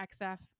XF